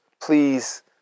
Please